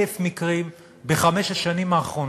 1,000 מקרים, בחמש השנים האחרונות,